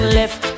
left